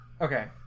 Okay